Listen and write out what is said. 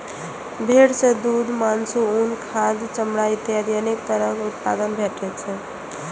भेड़ सं दूघ, मासु, उन, खाद, चमड़ा इत्यादि अनेक तरह उत्पाद भेटै छै